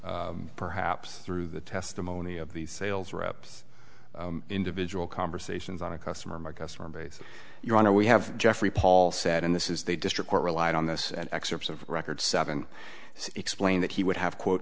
perhaps through the testimony of these sales reps individual conversations on a customer my customer base your honor we have jeffrey paul said and this is the district court relied on this and excerpts of record seven explain that he would have quote